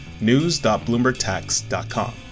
news.bloombergtax.com